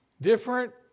different